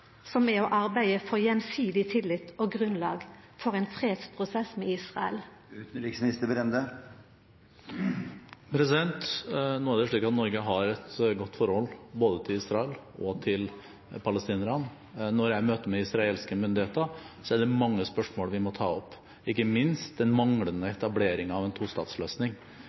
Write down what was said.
å arbeida for gjensidig tillit og grunnlag for ein fredsprosess med Israel? Nå er det slik at Norge har et godt forhold både til Israel og til palestinerne. Når jeg er i møte med israelske myndigheter, er det mange spørsmål vi må ta opp, ikke minst den manglende etableringen av en tostatsløsning.